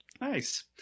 Nice